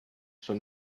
from